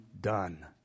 done